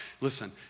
Listen